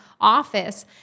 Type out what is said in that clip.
office